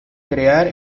crear